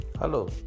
Hello